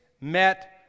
met